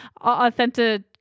authentic